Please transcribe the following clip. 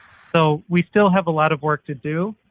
so we still have a lot of work to do,